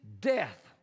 death